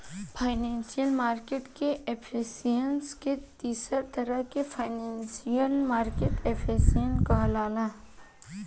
financial market के efficiency के तीसर तरह के इनफॉरमेशनल मार्केट एफिशिएंसी कहाला